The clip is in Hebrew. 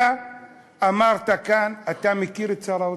אתה אמרת כאן, אתה מכיר את שר האוצר.